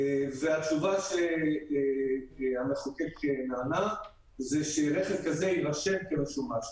והתשובה שהמחוקק ענה זה שרכב כזה יירשם כמשומש.